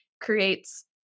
creates